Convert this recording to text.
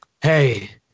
hey